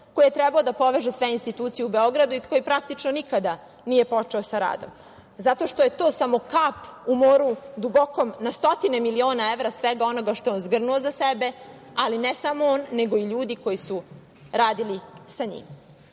koji je trebao da poveže sve institucije u Beogradu i koji praktično nikada nije počeo sa radom, zato što je to samo kap u moru, dubokom na stotine miliona evra svega onoga što je on zgrnuo za sebe, ali ne samo on nego i ljudi koji su radili sa njim. Isto